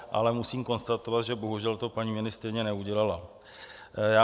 Ale musím konstatovat, že bohužel to paní ministryně neudělala.